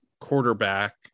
quarterback